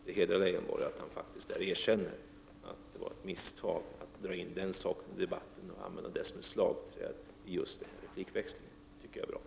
Det hedrar Lars Leijonborg att han faktiskt erkänner att det var ett misstag att dra in den saken i debatten och använda den som ett slagträ i just detta meningsutbyte.